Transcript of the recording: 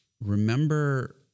Remember